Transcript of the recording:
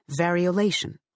variolation